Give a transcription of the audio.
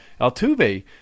Altuve